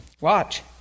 Watch